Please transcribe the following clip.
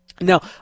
Now